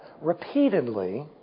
repeatedly